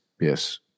Yes